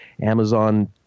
Amazon